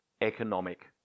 economic